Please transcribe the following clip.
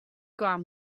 kaam